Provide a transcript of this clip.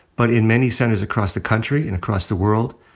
but in many centers across the country and across the world,